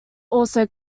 also